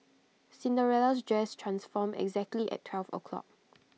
Cinderella's dress transformed exactly at twelve o' clock